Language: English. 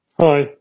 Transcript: Hi